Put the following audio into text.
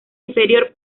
inferior